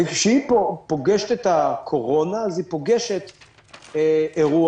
וכשהיא פוגשת את הקורונה אז היא פוגשת אירוע,